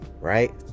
right